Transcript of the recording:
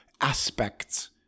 aspects